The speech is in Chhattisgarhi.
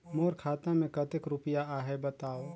मोर खाता मे कतेक रुपिया आहे बताव?